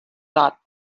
thought